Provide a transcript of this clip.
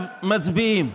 שעליו מצביעים.